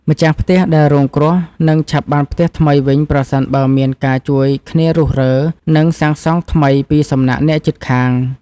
ម្ចាស់ផ្ទះដែលរងគ្រោះនឹងឆាប់បានផ្ទះថ្មីវិញប្រសិនបើមានការជួយគ្នារុះរើ និងសាងសង់ថ្មីពីសំណាក់អ្នកជិតខាង។